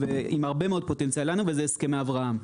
עם הרבה מאוד פוטנציאל לנו וזה הסכמי אברהם.